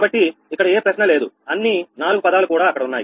కాబట్టి ఇక్కడ ఏ ప్రశ్న లేదు అన్ని నాలుగు పదాలు కూడా అక్కడ ఉన్నాయి